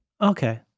okay